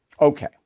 Okay